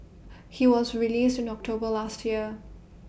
he was released in October last year